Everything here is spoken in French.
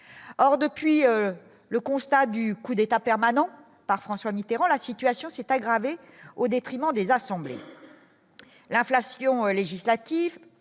or depuis le constat du coup d'État permanent par François Mitterrand, la situation s'est aggravée au détriment des assemblées, l'inflation législative,